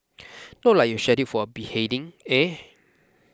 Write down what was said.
not like you're scheduled for a beheading eh